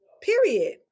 period